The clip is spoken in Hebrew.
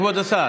כבוד השר,